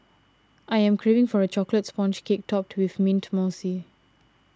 I am craving for a Chocolate Sponge Cake Topped with Mint Mousse